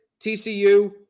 TCU